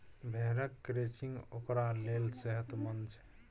भेड़क क्रचिंग ओकरा लेल सेहतमंद छै